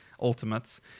ultimates